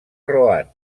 rohan